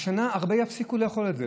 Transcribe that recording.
השנה הרבה יפסיקו לאכול את זה.